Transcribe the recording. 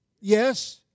Yes